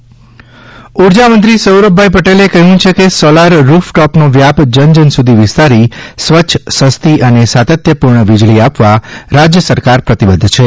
સૌરભભાઇ પટેલ ઉર્જામંત્રી સૌરભભાઇ પટેલે કહ્યું છે કે સોલાર રૂફટોપનો વ્યાપ જન જન સુધી વિસ્તારી સ્વચ્છ સસ્તી અને સાતત્યપૂર્ણ વીજળી આપવા રાજ્યસરકાર પ્રતિબદ્ધ છે